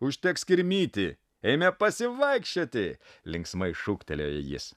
užteks kirmyti eime pasivaikščioti linksmai šūktelėjo jis